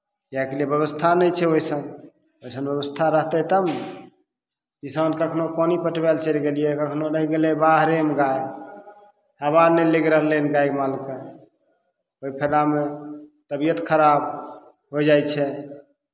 एहिके लिए बेबस्था नहि छै ओहिसन ओहिसन बेबस्था रहतै तब ने किसान कखनहु पानि पटबै ले चलि गेलिए कखनहु रहि गेलै बाहरेमे गाइ हवा नहि लागि रहलै हँ गाइ मालके ओहि फेरामे तबिअत खराब होइ जाइ छै